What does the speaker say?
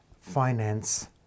finance